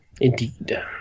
Indeed